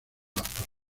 partes